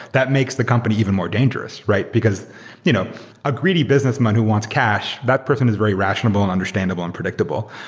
that makes the company even more dangerous, because you know a greedy businessman who wants cash, that person is very rationable and understandable and predictable.